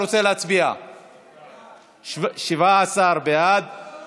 אני הצבעתי, אבל לא מהמקום שלי.